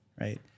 right